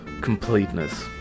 completeness